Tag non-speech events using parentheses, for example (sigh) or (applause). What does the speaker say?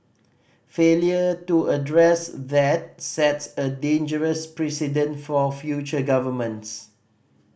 failure to address that sets a dangerous precedent for (unintelligible) future governments